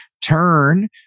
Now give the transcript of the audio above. turn